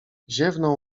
ziewnął